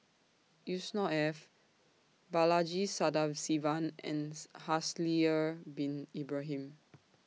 Yusnor Ef Balaji Sadasivan and Haslir Bin Ibrahim